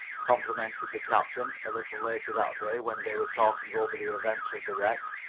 complimented the captain, a little later that day when they were talking over the events of the wreck.